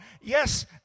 Yes